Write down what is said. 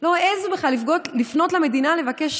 לא העזו בכלל לפנות למדינה לבקש